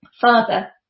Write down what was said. Father